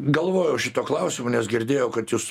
galvojau šituo klausimu nes girdėjau kad jūs